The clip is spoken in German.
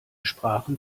sprachen